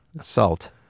salt